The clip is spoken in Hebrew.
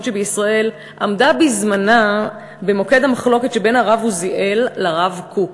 שבישראל עמדה בזמנה במוקד המחלוקת שבין הרב עוזיאל לרב קוק